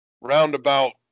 Roundabout